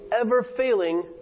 ever-failing